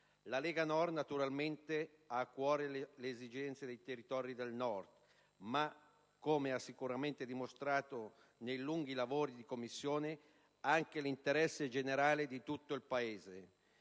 La Lega Nord, naturalmente, ha a cuore le esigenze dei territori del Nord ma, come ha sicuramente dimostrato nei lunghi lavori di Commissione, anche l'interesse generale di tutto il Paese.